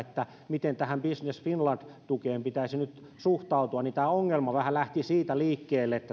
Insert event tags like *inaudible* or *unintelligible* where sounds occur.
miten tähän business finland tukeen pitäisi suhtautua niin tämä ongelma vähän lähti siitä liikkeelle että *unintelligible*